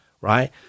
right